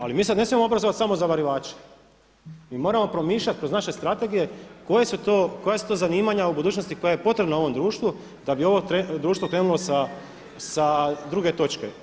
Ali mi sad ne smijemo obrazovat samo zavarivače, mi moramo promišljat kroz naše strategije koja su to zanimanja u budućnosti koja su potrebna ovom društvo da bi ovo društvo krenulo sa druge točke.